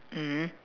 mm